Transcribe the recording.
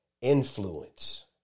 influence